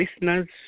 listeners